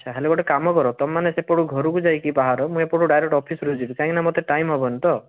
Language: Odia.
ଆଚ୍ଛା ହେଲେ ଗୋଟେ କାମ କର ତମେ ମାନେ ସେପଟୁ ଘରକୁ ଯାଇକି ବାହାର ମୁଁ ଏପଟୁ ଡାଇରେକ୍ଟ ଅଫିସ୍ ରୁ ଯିବି କାହିଁକିନା ମୋତେ ଟାଇମ୍ ହେବନି ତ